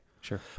Sure